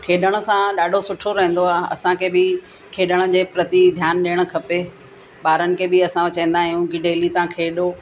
खेॾण सां ॾाढो सुठो रहंदो आहे असांखे बि खेॾण जे प्रति ध्यानु ॾियणु खपे ॿारनि खे बि असां चवंदा आहियूं की डेली तव्हां खेॾो